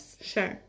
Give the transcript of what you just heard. Sure